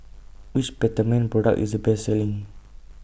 Which Peptamen Product IS The Best Selling